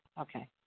Okay